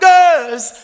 Girls